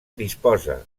disposa